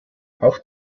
auch